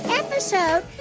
episode